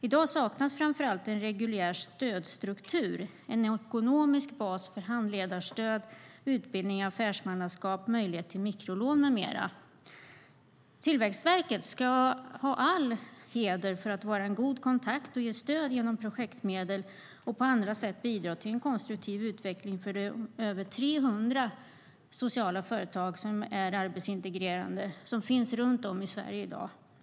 I dag saknas framför allt en reguljär stödstruktur, en ekonomisk bas för handledarstöd, utbildning i affärsmannaskap, möjlighet till mikrolån med mera. Tillväxtverket ska ha all heder för att det är en god kontakt och ger stöd genom projektmedel och bidrar på andra sätt till en konstruktiv utveckling för de över 300 sociala företag som är arbetsintegrerande och som finns runt om i Sverige i dag.